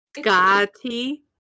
Scotty